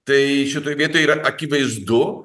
tai šitoj vietoj yra akivaizdu